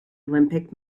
olympic